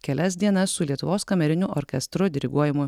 kelias dienas su lietuvos kameriniu orkestru diriguojamu